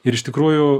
ir iš tikrųjų